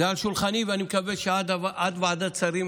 זה על שולחני, ואני מקווה שעד ועדת שרים